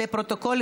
לפרוטוקול,